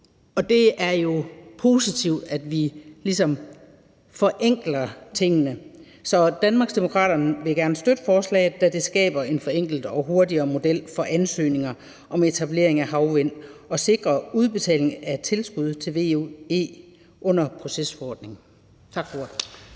Og det er jo positivt, at vi ligesom forenkler tingene, så Danmarksdemokraterne vil gerne støtte forslaget, da det skaber en forenklet og hurtigere model for ansøgninger om etablering af elproduktion fra havvind og sikrer udbetaling af tilskud under VE til proces-ordningen. Tak for